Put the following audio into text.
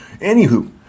Anywho